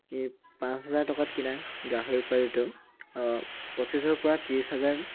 এই পাঁচ হাজাৰ টকাত কিনা গাহৰি পোৱালিটো পঁচিছৰ পৰা ত্ৰিছ হাজাৰ